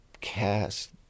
cast